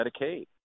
Medicaid